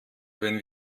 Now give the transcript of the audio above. wenn